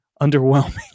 underwhelming